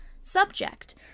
subject